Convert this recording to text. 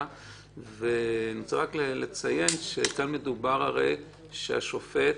כאן מדובר על כך שהשופט